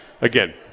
again